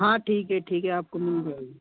हाँ ठीक है ठीक है आपको मिल जाएगी